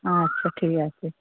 আচ্ছা ঠিক আছে